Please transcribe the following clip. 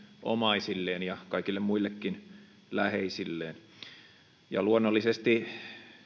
omaisilleen ja kaikille muillekin läheisilleen luonnollisesti